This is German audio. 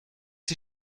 die